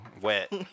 wet